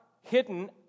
hidden